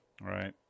right